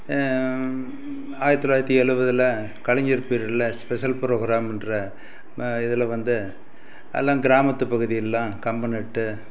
ஆயிரத்து தொள்ளாயிரத்தி எழுவதுல கலைஞர் பீரியட்டில் ஸ்பெஷல் ப்ரோகிராம்கிற ம இதில் வந்து அதலாம் கிராமத்து பகுதியிலெலாம் கம்பம் நட்டு